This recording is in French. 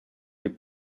les